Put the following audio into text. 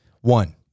One